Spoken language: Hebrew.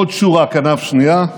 עוד שורה כנף שנייה,